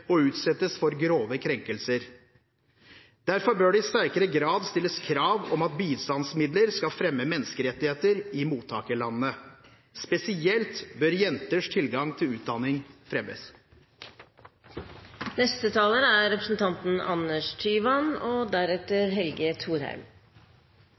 som utsettes for grove krenkelser. Derfor bør det i sterkere grad stilles krav om at bistandsmidler skal fremme menneskerettigheter i mottakerlandene. Spesielt bør jenters tilgang til utdanning fremmes. Den nye regjeringen har høye ambisjoner for skolen, og det er